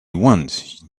once